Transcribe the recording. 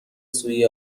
سوی